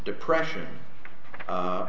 depression a